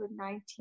COVID-19